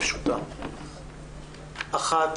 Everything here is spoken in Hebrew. קודם